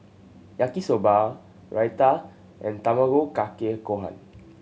Yaki Soba Raita and Tamago Kake Gohan